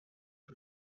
این